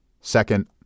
Second